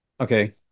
Okay